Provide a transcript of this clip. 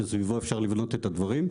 שסביבו אפשר לבנות את הדברים,